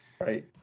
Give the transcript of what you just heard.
Right